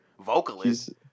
vocalist